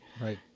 Right